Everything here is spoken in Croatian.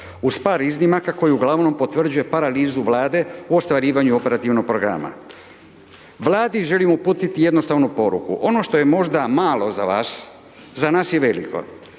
Uz par iznimaka koji uglavnom potvrđuju paralizu Vlade u ostvarivanju operativnog programa. Vladi želim uputiti jednostavnu poruku, ono što je možda malo za vas, za nas je veliko